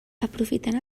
aprofitant